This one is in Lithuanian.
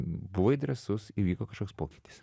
buvai drąsus įvyko kažkoks pokytis